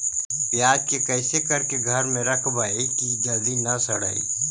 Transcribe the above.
प्याज के कैसे करके घर में रखबै कि जल्दी न सड़ै?